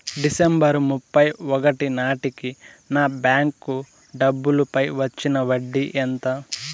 December ముప్పై ఒకటి నాటేకి నా బ్యాంకు డబ్బుల పై వచ్చిన వడ్డీ ఎంత?